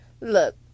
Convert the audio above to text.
look